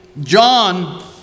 John